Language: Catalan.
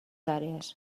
àrees